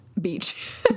beach